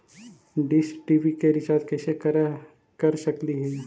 Dish TV के recharge कैसे कर सक हिय?